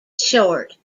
short